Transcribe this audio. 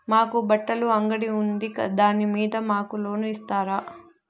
మాకు బట్టలు అంగడి ఉంది దాని మీద మాకు లోను ఇస్తారా